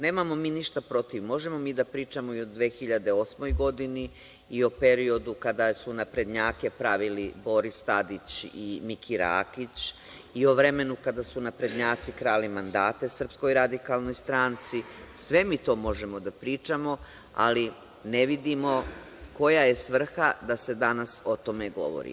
Nemamo mi ništa protiv, možemo mi da pričamo i o 2008. godini i o periodu kada su naprednjake pravili Boris Tadić i Miki Rakić, i o vremenu kada su naprednjaci krali mandate SRS, sve mi to možemo da pričamo, ali ne vidimo koja je svrha da se danas o tome govori.